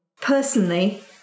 Personally